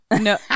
No